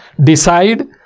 decide